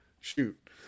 shoot